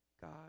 God